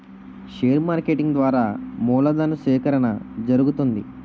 share marketing ద్వారా మూలధను సేకరణ జరుగుతుంది